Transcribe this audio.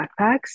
backpacks